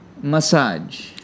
massage